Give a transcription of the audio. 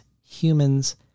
humans